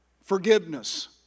forgiveness